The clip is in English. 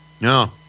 No